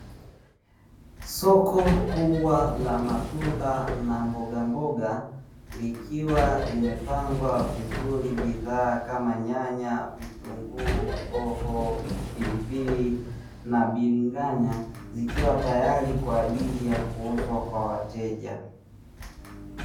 Soko kubwa la matunda na mbogamboga likiwa limepangwa vizuri bidhaa kama nyanya, vitunguu, hoho, pilipili na bilinganya, zikiwa tayari kwa ajili ya kuuzwa kwa wateja.